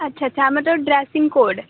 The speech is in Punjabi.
ਅੱਛਾ ਅੱਛਾ ਮਤਲਬ ਡਰੈਸਿੰਗ ਕੋਡ